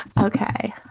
Okay